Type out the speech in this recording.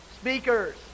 speakers